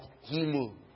healing